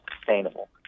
sustainable